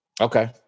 Okay